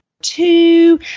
Two